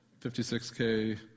56K